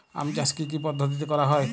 আম চাষ কি কি পদ্ধতিতে করা হয়?